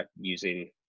using